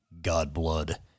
Godblood